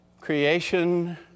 creation